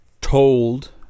told